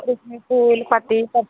उसमें फूल पत्ती सब